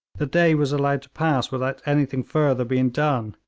the day was allowed to pass without anything further being done,